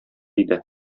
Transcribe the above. иде